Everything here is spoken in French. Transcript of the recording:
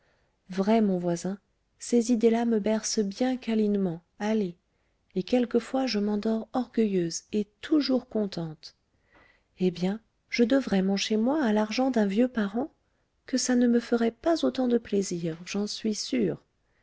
vrai mon voisin ces idées-là me bercent bien câlinement allez et quelquefois je m'endors orgueilleuse et toujours contente eh bien je devrais mon chez moi à l'argent d'un vieux parent que ça ne me ferait pas autant de plaisir j'en suis sûre